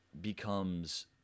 becomes